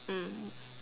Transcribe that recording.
mm